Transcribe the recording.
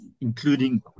including